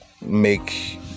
make